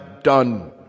done